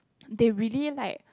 they really like